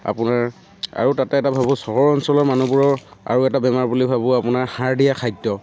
আপোনাৰ আৰু তাতে এটা ভাবোঁ চহৰৰ অঞ্চলৰ মানুহবোৰৰ আৰু এটা বেমাৰ বুলি ভাবোঁ আপোনাৰ সাৰ দিয়া খাদ্য